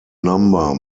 number